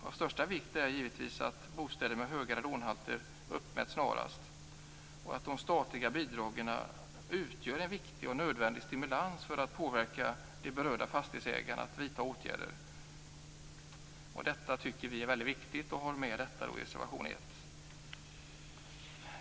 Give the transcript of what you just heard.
Av största vikt är givetvis att radonhalten i bostäder med höga radonhalter uppmäts snarast. De statliga bidragen utgör en viktig och nödvändig stimulans för att påverka de berörda fastighetsägarna att vidta åtgärder. Detta tycker vi är väldigt viktigt och har med i reservation 1.